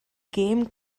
gêm